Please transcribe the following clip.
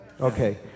Okay